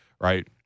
right